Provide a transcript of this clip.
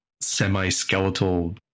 semi-skeletal